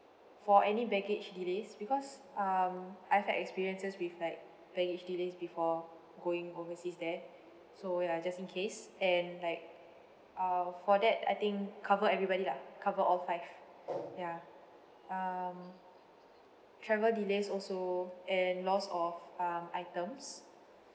for any baggage delays because um I've had experiences with like baggage delays before going overseas there so ya just in case and like uh for that I think cover everybody lah cover all five ya um travel delays also and loss of um items